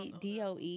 doe